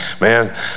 man